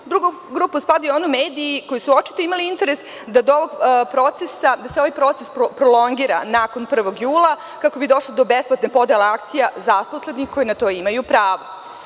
U drugu grupu spadaju oni mediji koji su očito imali interes da se ovaj proces prolongira nakon 1. jula, kako bi došlo do besplatne podle akcija zaposlenima koji na to imaju pravo.